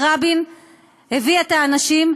רבין הביא את האנשים,